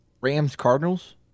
Rams-Cardinals